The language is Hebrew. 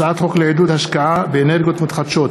הצעת חוק לעידוד השקעה באנרגיות מתחדשות